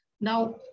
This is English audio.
Now